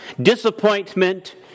disappointment